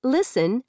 Listen